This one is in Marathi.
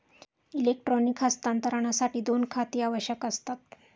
इलेक्ट्रॉनिक हस्तांतरणासाठी दोन खाती आवश्यक असतात